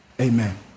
amen